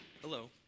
Hello